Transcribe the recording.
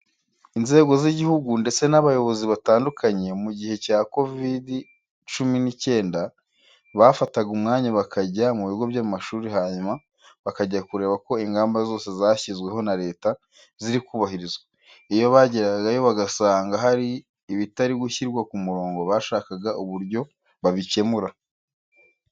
Inzego z'igihugu ndetse n'abayobozi batandukanye mu gihe cya kovidi cumi n'icyenda bafataga umwanya bakajya mu bigo by'amashuri, hanyuma bakajya kureba ko ingamba zose zashyizweho na Leta ziri kubahirizwa. Iyo bageragayo bagasanga hari ibitari gushyirwa ku murongo bashakaga uburyo babikemura.